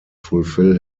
fulfil